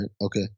okay